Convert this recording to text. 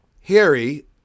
Harry